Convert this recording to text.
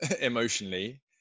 emotionally